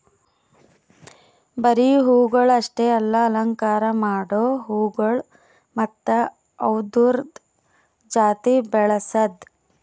ಬರೀ ಹೂವುಗೊಳ್ ಅಷ್ಟೆ ಅಲ್ಲಾ ಅಲಂಕಾರ ಮಾಡೋ ಹೂಗೊಳ್ ಮತ್ತ ಅವ್ದುರದ್ ಜಾತಿ ಬೆಳಸದ್